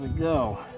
go.